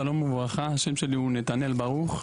שלום וברכה, השם שלי הוא נתנאל ברוך.